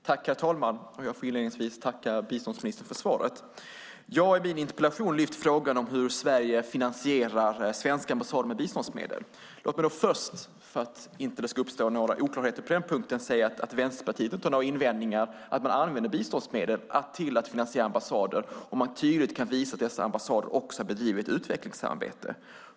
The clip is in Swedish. Herr talman! Jag vill inledningsvis tacka biståndsministern för svaret. Jag har i min interpellation lyft upp frågan hur Sverige finansierar svenska ambassader med biståndsmedel. Låt mig, för att det inte ska uppstå oklarheter på den punkten, säga att Vänsterpartiet inte har några invändningar mot att man använder biståndsmedel till att finansiera ambassader om man tydligt kan visa att dessa ambassader också bedriver ett utvecklingssamarbete.